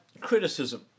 Criticism